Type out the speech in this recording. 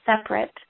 separate